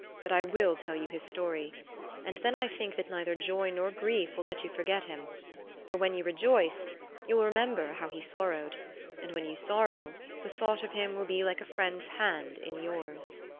but i will tell you his story and then i think that neither joy nor grief will let you forget him for when you rejoice you will remember how he sorrowed and when you sorrow the thought of him will be like a friend's hand in yours.